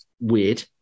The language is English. weird